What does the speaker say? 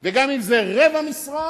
וגם אם זה ברבע משרה,